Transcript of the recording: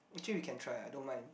actually we can try ah I don't mind